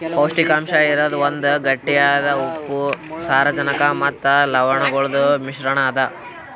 ಪೌಷ್ಟಿಕಾಂಶ ಇರದ್ ಒಂದ್ ಗಟ್ಟಿಯಾದ ಉಪ್ಪು, ಸಾರಜನಕ ಮತ್ತ ಲವಣಗೊಳ್ದು ಮಿಶ್ರಣ ಅದಾ